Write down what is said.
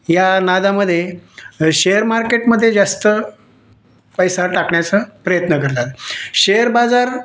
या नादामध्ये शेअर मार्केटमध्ये जास्त पैसा टाकण्याचा प्रयत्न करतात शेअर बाजार